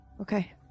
Okay